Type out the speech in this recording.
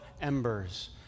embers